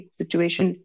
situation